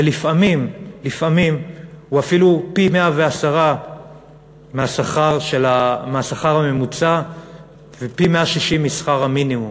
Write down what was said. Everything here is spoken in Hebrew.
ולפעמים הוא אפילו פי-110 מהשכר הממוצע ופי-160 משכר המינימום